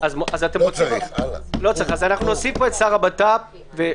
לא צריך, אז אנחנו נוסיף פה את השר לביטחון פנים.